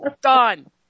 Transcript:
Done